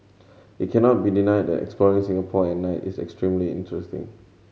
it cannot be denied that exploring Singapore at night is extremely interesting